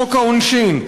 חוק העונשין,